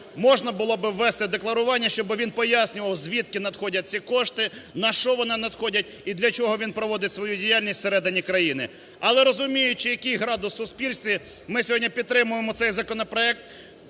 можна було би ввести декларування, щоби він пояснював, звідки надходять ці кошти, на що вони надходять і для чого він проводить свою діяльність всередині країні. Але розуміючи, який градус у суспільстві, ми сьогодні підтримуємо цей законопроект,